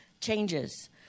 changes